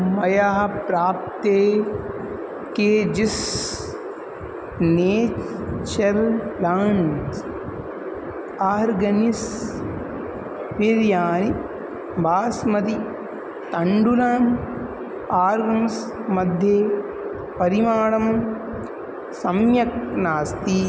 मया प्राप्ते केजिस् nature land organics biryani basmati तण्डुलम् आर्गन्स् मध्ये परिमाणं सम्यक् नास्ति